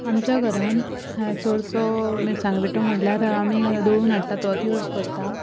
आमच्या घरांत चडसो मिरसांगां पिठो म्हणल्यार आमी दळून हाडटा तोच यूज करता